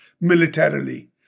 militarily